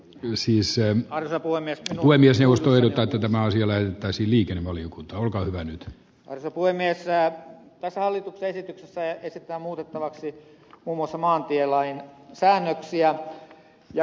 l siis ei lopu ennen kuin mie sius vedoten tämä asia näyttäisi liikennevaliokunta olkaa hyvä nyt voimme tässä hallituksen esityksessä esitetään muutettavaksi muun muassa maantielain säännöksiä